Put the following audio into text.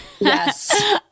Yes